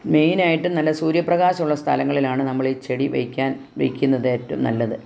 മെയിനായിട്ട് നല്ല സൂര്യപ്രകാശം ഉള്ള സ്ഥലങ്ങളിലാണ് നമ്മളീ ചെടി വെക്കാൻ വെക്കുന്നത് ഏറ്റവും നല്ലത്